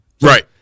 Right